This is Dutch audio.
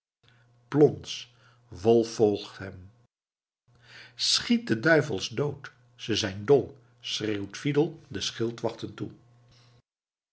plons wolf volgt hem schiet de duivels dood ze zijn dol schreeuwt fridel den schildwachten toe